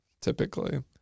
Typically